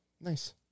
Nice